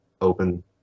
open